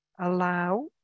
Allow